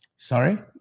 Sorry